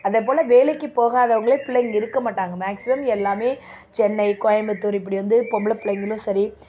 அதே போல வேலைக்கு போகாதவங்களே பிள்ளைங்க இருக்க மாட்டாங்க மேக்ஸிமம் எல்லாமே சென்னை கோயம்புத்தூர் இப்படி வந்து பொம்பளைப் பிள்ளைங்களும் சரி